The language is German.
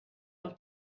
auf